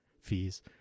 fees